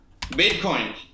Bitcoin